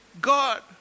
God